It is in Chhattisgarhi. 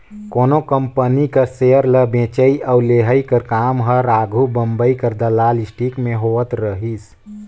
कोनो कंपनी कर सेयर ल बेंचई अउ लेहई कर काम हर आघु बंबई कर दलाल स्टीक में होवत रहिस